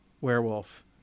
werewolf